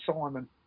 Simon